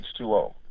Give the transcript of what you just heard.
H2O